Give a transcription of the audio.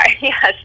yes